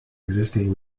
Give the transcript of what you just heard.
existing